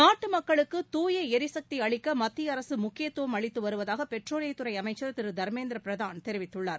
நாட்டு மக்களுக்கு தூய எரிசக்தி அளிக்க மத்தியஅரசு முக்கியத்துவம் அளித்து வருவதாக பெட்ரோலியத்துறை அமைச்சர் திரு தர்மேந்திர பிரதான் தெரிவித்துள்ளார்